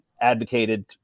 advocated